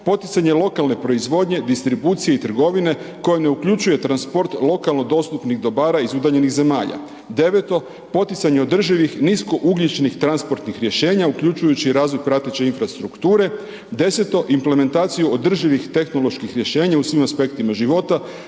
poticanje lokalne proizvodnje, distribucije i trgovine koja ne uključuje transport lokalno dostupnih dobara iz udaljenih zemalja. Deveto, poticanje održivih niskougljičnih transportnih rješenja uključujući i razvoj prateće infrastrukture. Deseto, implementaciju održivih tehnoloških rješenja u svim aspektima života